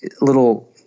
little